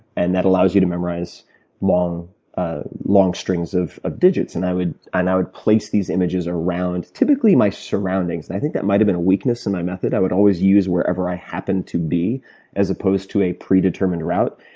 and that allows you to memorize long ah long strings of digits. and i would and i would place these images around typically my surroundings. and i think that might have been a weakness in my method. i would always wherever i happen to be as opposed to a pre-determined route.